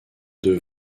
deux